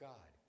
God